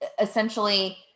essentially